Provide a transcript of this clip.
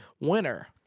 winner